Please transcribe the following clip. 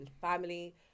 family